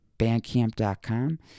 bandcamp.com